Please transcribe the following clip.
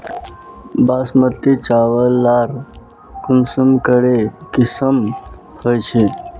बासमती चावल लार कुंसम करे किसम होचए?